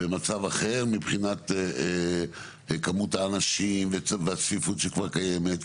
במצב אחר מבחינת כמות האנשים ובצפיפות שכבר קיימת.